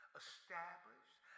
established